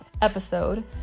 episode